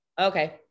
okay